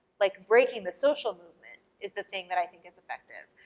like, breaking the social movement is the thing that i think is effective.